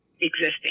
existing